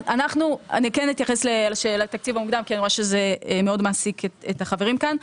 אני כן אתייחס לתקציב המוקדם כי אני רואה שזה מאוד מעסיק את החברים כאן.